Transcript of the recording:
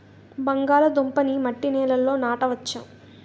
బంగాళదుంప నీ మట్టి నేలల్లో నాట వచ్చా?